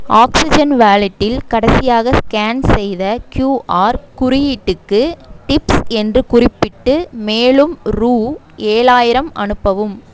oxygen வாலெட்டில் கடைசியாக scan செய்த க்யூஆர் குறியீட்டுக்கு டிப்ஸ் என்று குறிப்பிட்டு மேலும் ரூ ஏழாயிரம் அனுப்பவும்